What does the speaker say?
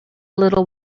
little